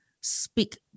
speak